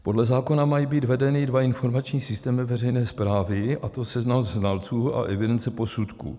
Podle zákona mají být vedeny dva informační systémy veřejné správy, a to seznam znalců a evidence posudků.